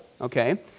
okay